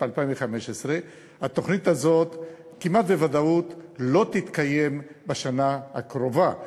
התוכנית הזאת כמעט בוודאות לא תתקיים בשנה הקרובה,